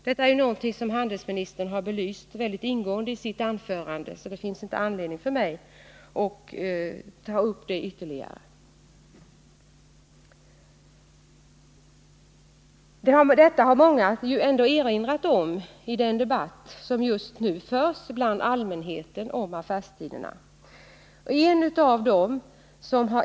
Detta är något som handelsministern belyst mycket ingående i sitt anförande, så det finns inte anledning att ta upp det ytterligare. I den debatt som just nu förs bland allmänheten har många erinrat om dessa konsekvenser.